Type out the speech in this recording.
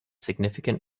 significant